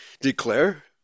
declare